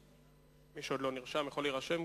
מי שעוד לא נרשם יכול להירשם.